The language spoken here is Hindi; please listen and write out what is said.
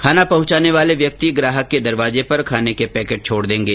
खाना पहुंचाने वाले व्यक्ति ग्राहक के दरवाजे पर खाने के पैकेट छोड़ देंगे